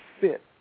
fit